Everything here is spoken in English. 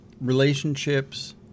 relationships